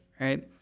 right